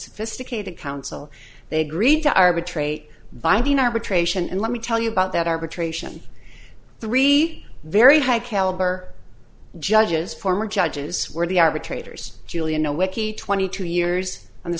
sophisticated counsel they agreed to arbitrate binding arbitration and let me tell you about that arbitration three very high caliber judges former judges were the arbitrators julia no wiki twenty two years on the